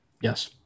Yes